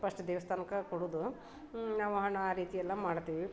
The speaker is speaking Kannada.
ಫಸ್ಟ್ ದೇವಸ್ಥಾನಕ್ಕೇ ಕೊಡುವುದು ಹ್ಞೂ ನಾವು ಹಣ್ಣು ಆ ರೀತಿಯೆಲ್ಲ ಮಾಡ್ತೀವಿ